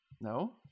No